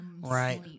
right